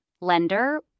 lender